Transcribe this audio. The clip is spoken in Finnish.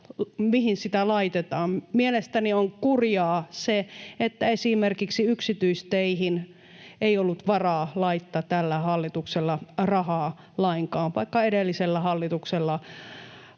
Mielestäni on kurjaa se, että esimerkiksi yksityisteihin ei ollut varaa laittaa tällä hallituksella rahaa lainkaan, vaikka edellisellä hallituksella